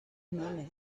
money